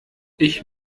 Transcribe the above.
ich